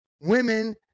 women